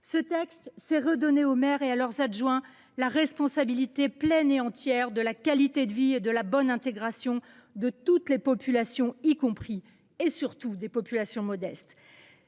Ce texte revient à redonner aux maires et à leurs adjoints la responsabilité pleine et entière de la qualité de vie et de la bonne intégration de toutes les populations, y compris et surtout des populations modestes.